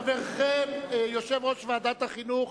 חברכם, יושב-ראש ועדת החינוך,